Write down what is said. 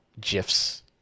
gifs